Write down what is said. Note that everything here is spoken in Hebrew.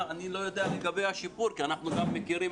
אני לא יודע לגבי השיפור כי אנחנו גם מכירים